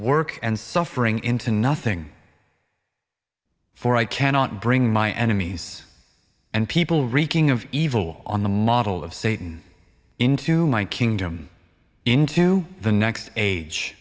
work and suffering into nothing for i cannot bring my enemies and people reeking of evil on the model of satan into my kingdom into the next